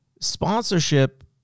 sponsorship